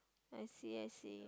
I see I see